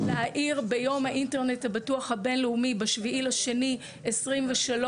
להאיר ביום האינטרנט הבטוח הבינלאומי ב-7 בפברואר 2023,